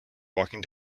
walking